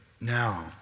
now